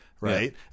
right